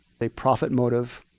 a profit motive